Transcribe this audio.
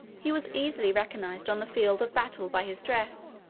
he was easily recognized on the field of battle by his dress,